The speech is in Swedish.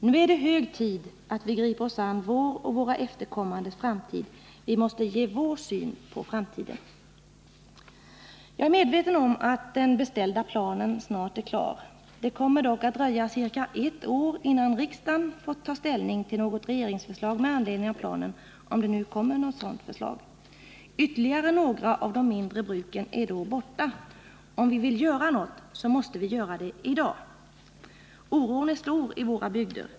——-—- Nu är det hög tid att vi griper oss an vår och våra efterkommandes framtid. Vi måste ge VÅR syn på framtiden.” Jag är medveten om att den av industriverket beställda planen snart är klar. Det kommer dock att dröja ca ett år innan riksdagen får ta ställning till ett regeringsförslag med anledning av planen, om det nu kommer något sådant förslag. Ytterligare några av de mindre bruken är då borta. Om vi vill göra något måste vi göra det i dag. Oron är stor i våra bygder.